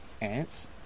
ants